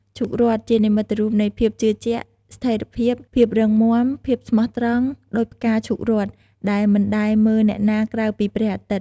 ឈូករ័ត្ន ជានិមិត្តរូបនៃភាពជឿជាក់ ស្ថេរភាព ភាពរឹងមាំ ភាពស្មោះត្រង់ ដូចផ្កាឈូករ័ត្ន ដែលមិនដែលមើលអ្នកណាក្រៅពីព្រះអាទិត្យ។